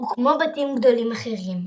וכמו בתים גדולים אחרים,